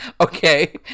Okay